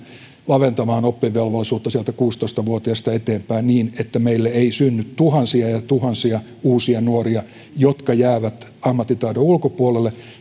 laventamaan oppivelvollisuutta sieltä kuusitoista vuotiaasta eteenpäin niin että meille ei synny tuhansia ja tuhansia uusia nuoria jotka jäävät ammattitaidon ulkopuolelle